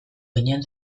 ginen